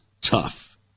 tough